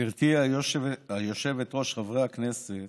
גברתי היושבת-ראש, חברי הכנסת,